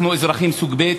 אנחנו אזרחים סוג ב'?